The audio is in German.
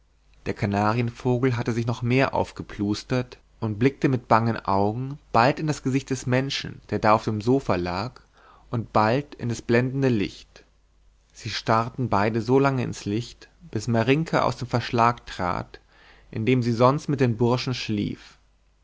der kanarienvogel hatte sich noch mehr aufgeplustert und blickte mit bangen augen bald in das gesicht des menschen der da auf dem sofa lag und bald in das blendende licht sie starrten beide so lange ins licht bis marinka aus dem verschlag trat in dem sie sonst mit den burschen schlief